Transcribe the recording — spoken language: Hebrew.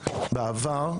בעבר,